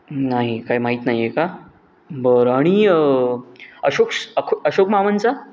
नाही काय माहीत नाही आहे का बरं आणि अशोक अको अशोक मामांचा